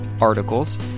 articles